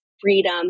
freedom